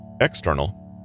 External